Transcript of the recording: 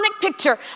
picture